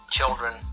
children